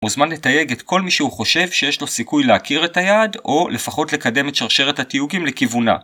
מוזמן לתייג את כל מי שהוא חושב שיש לו סיכוי להכיר את היעד או לפחות לקדם את שרשרת הטיוגים לכיוונה.